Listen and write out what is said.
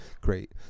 great